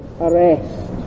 arrest